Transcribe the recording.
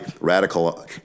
radical